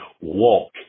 walk